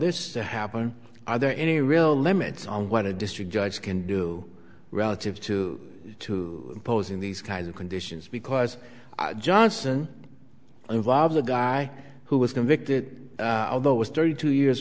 this to happen are there any real limits on what a district judge can do relative to to imposing these kinds of conditions because johnson involves a guy who was convicted although it was thirty two years